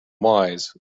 wise